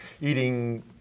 eating